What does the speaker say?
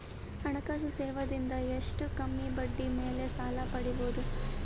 ಹಣಕಾಸು ಸೇವಾ ದಿಂದ ಎಷ್ಟ ಕಮ್ಮಿಬಡ್ಡಿ ಮೇಲ್ ಸಾಲ ಪಡಿಬೋದ?